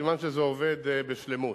סימן שזה עובד בשלמות.